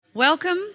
Welcome